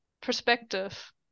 perspective